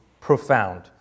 profound